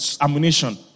ammunition